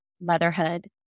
motherhood